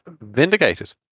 vindicated